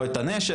או את הנשק,